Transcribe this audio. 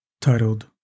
titled